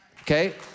Okay